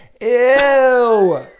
Ew